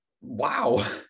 wow